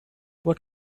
what